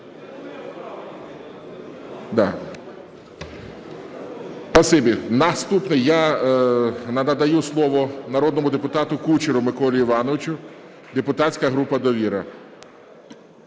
Наступному я надаю слово народному депутат Кучеру Миколі Івановичу, депутатська група "Довіра".